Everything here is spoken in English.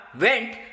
went